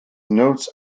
notes